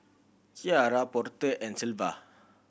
Ciarra Porter and Sylva